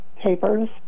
papers